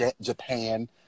japan